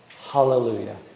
Hallelujah